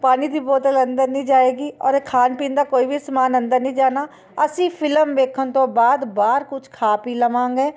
ਪਾਣੀ ਦੀ ਬੋਤਲ ਅੰਦਰ ਨਹੀਂ ਜਾਏਗੀ ਔਰ ਇਹ ਖਾਣ ਪੀਣ ਦਾ ਕੋਈ ਵੀ ਸਮਾਨ ਅੰਦਰ ਨਹੀਂ ਜਾਣਾ ਅਸੀਂ ਫਿਲਮ ਵੇਖਣ ਤੋਂ ਬਾਅਦ ਬਾਹਰ ਕੁਛ ਖਾ ਪੀ ਲਵਾਂਗੇ